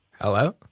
Hello